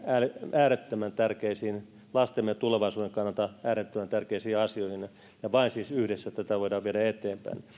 äärettömän tärkeisiin lastemme tulevaisuuden kannalta äärettömän tärkeisiin asioihin ja siis vain yhdessä tätä voidaan viedä eteenpäin